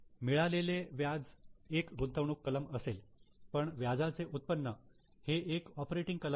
मिळालेले व्याज एक गुंतवणूक कलम असेल पण व्याजाचे उत्पन्न हे एक ऑपरेटिंग कलम आहे